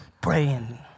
praying